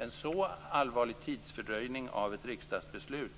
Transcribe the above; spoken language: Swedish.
En sådan allvarlig tidsfördröjning av ett riksdagsbeslut